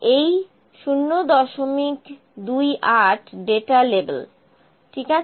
এই 028 data label ঠিক আছে